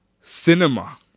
cinema